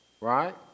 right